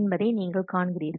என்பதை நீங்கள் காண்கிறீர்கள்